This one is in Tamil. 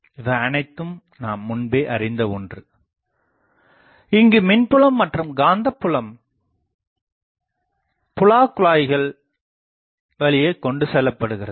இவை அனைத்தும் நாம் முன்பே அறிந்த ஒன்று இங்கு மின்புலம் மற்றும் காந்தப்புலம் புலகுழாய்கள் வழியே கொண்டுசெல்லப்படுகிறது